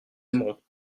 aimerons